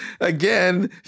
Again